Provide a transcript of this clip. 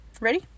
Ready